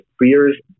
fears